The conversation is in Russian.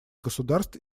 государств